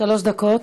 שלוש דקות.